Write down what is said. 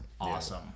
awesome